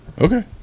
Okay